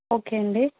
okay అండి